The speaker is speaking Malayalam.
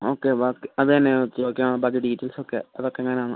ഓക്കെ ബാക്കി അത് തന്നെ ഓക്കെ ഓക്കെ ആ ബാക്കി ഡീറ്റെയിൽസൊക്കെ അതൊക്കെ ഞാന്